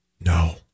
No